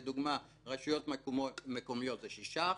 לדוגמה רשויות מקומיות זה 6%,